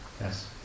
Yes